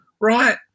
right